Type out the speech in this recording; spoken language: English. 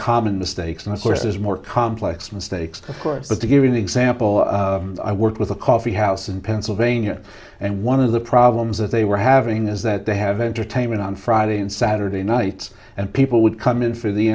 common mistakes and of course is more complex mistakes of course but to give an example i worked with a coffee house in pennsylvania and one of the problems that they were having is that they have entertainment on friday and saturday nights and people would come in for the